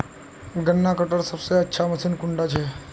गन्ना कटवार सबसे अच्छा मशीन कुन डा छे?